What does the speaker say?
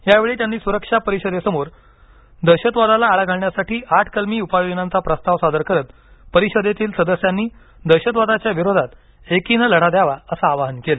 यावेळी त्यांनी सुरक्षा परिषदेसमोर दहशतवादाला आळा घालण्यासाठी आठ कलमी उपाययोजनांचा प्रस्ताव सादर करत परिषदेतील सदस्यांनी दहशतवादाच्या विरोधात एकीनं लढा द्यावा असं आवाहन केलं